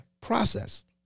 process